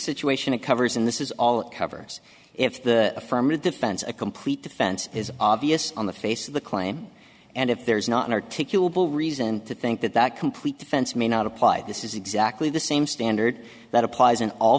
situation it covers and this is all it covers if the affirmative defense a complete defense is obvious on the face of the claim and if there is not an articulable reason to think that that complete defense may not apply this is exactly the same standard that applies in all